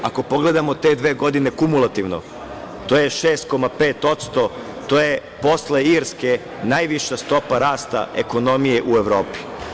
Ako pogledamo te dve godine kumulativno, to je 6,5%, to je posle Irske najviša stopa rasta ekonomije u Evropi.